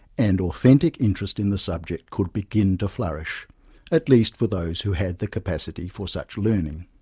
and authentic interest in the subject could begin to flourish at least for those who had the capacity for such learning.